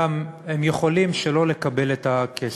הם גם עלולים שלא לקבל את הכסף.